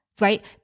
right